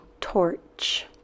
torch